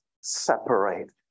separate